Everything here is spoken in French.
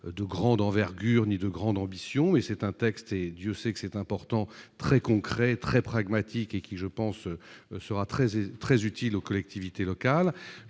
de grande envergure ni de grandes ambitions et c'est un texte, et Dieu sait que c'est important, très concrets, très pragmatique et qui je pense sera très et très utile aux collectivités locales,